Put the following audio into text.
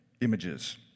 images